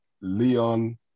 Leon